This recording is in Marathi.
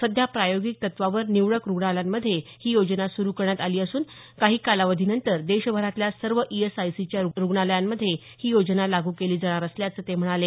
सध्या प्रायोगिक तत्वावर निवडक रूग्णालयांमध्ये ही योजना सुरू करण्यात आलेली असून कालावधीनंतर देशभरातल्या सर्व ईएआईसीच्या रूग्णालयामंध्ये ही योजना लागू केली जाणार असल्याचं ते म्हणाले